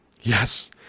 Yes